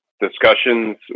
discussions